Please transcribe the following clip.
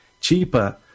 cheaper